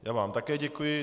Já vám také děkuji.